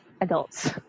adults